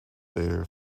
there